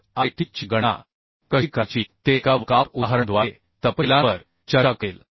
तर It ची गणनाकशी करायची ते एका वर्कआऊट उदाहरणाद्वारे तपशीलांवर चर्चा करेल